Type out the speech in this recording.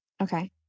Okay